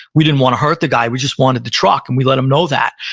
we didn't want to hurt the guy, we just wanted the truck, and we let him know that.